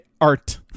Art